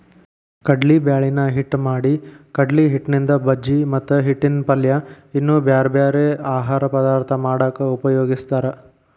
ಕಡ್ಲಿಬ್ಯಾಳಿನ ಹಿಟ್ಟ್ ಮಾಡಿಕಡ್ಲಿಹಿಟ್ಟಿನಿಂದ ಬಜಿ ಮತ್ತ ಹಿಟ್ಟಿನ ಪಲ್ಯ ಇನ್ನೂ ಬ್ಯಾರ್ಬ್ಯಾರೇ ಆಹಾರ ಪದಾರ್ಥ ಮಾಡಾಕ ಉಪಯೋಗಸ್ತಾರ